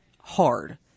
hard